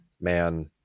man